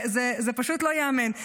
זה פשוט לא ייאמן.